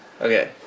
Okay